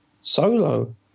Solo